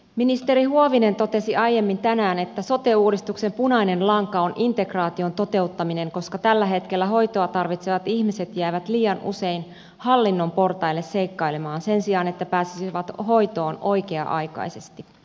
ministeri huovinen totesi aiemmin tänään että sote uudistuksen punainen lanka on integraation toteuttaminen koska tällä hetkellä hoitoa tarvitsevat ihmiset jäävät liian usein hallinnon portaille seikkailemaan sen sijaan että pääsisivät hoitoon oikea aikaisesti